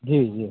जी जी